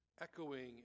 Echoing